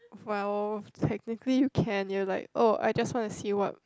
!wow! technically you can you are like I just want to see what